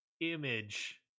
image